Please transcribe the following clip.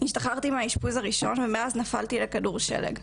השתחררתי מהאשפוז הראשון ומאז נפלתי ככדור שלג.